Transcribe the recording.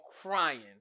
crying